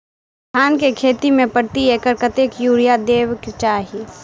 धान केँ खेती मे प्रति एकड़ कतेक यूरिया देब केँ चाहि?